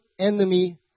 enemy